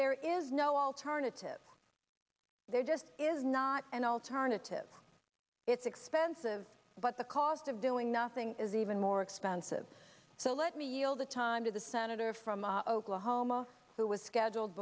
there is no alternative there just is not an alternative it's expensive but the cost of doing nothing is even more expensive so let me all the time to the senator from oklahoma who was scheduled